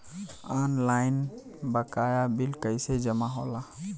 Online बकाया bill कैसे जमा होला?